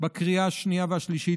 לקריאה השנייה והשלישית,